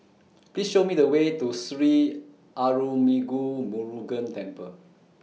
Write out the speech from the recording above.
Please Show Me The Way to Sri Arulmigu Murugan Temple